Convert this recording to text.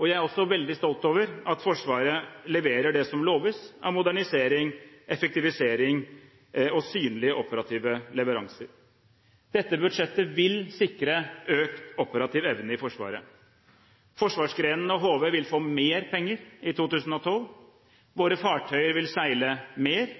Jeg er også veldig stolt over at Forsvaret leverer det som loves av modernisering, effektivisering og synlige operative leveranser. Dette budsjettet vil sikre økt operativ evne i Forsvaret: Forsvarsgrenene og HV vil få mer penger i 2012. Våre fartøyer vil seile mer.